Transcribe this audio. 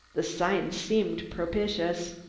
the signs seemed propitious.